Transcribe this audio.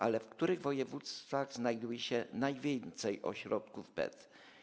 Ale w których województwach znajduje się najwięcej ośrodków PET?